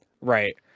Right